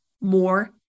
more